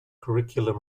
curriculum